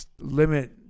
limit